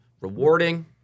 Rewarding